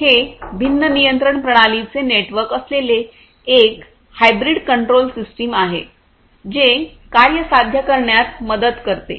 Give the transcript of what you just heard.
हे भिन्न नियंत्रण प्रणालीचे नेटवर्क असलेले एक हायब्रिड कंट्रोल सिस्टम आहे जे कार्य साध्य करण्यात मदत करते